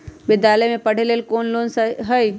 विद्यालय में पढ़े लेल कौनो लोन हई?